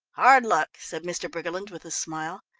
hard luck, said mr. briggerland, with a smile,